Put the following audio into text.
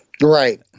right